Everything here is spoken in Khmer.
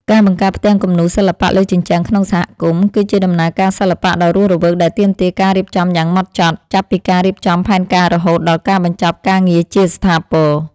ការបង្កើតផ្ទាំងគំនូរសិល្បៈលើជញ្ជាំងក្នុងសហគមន៍ គឺជាដំណើរការសិល្បៈដ៏រស់រវើកដែលទាមទារការរៀបចំយ៉ាងហ្មត់ចត់ ចាប់ពីការរៀបចំផែនការរហូតដល់ការបញ្ចប់ការងារជាស្ថាពរ។